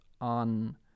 on